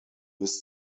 bis